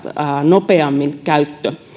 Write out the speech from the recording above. nopeammin käyttö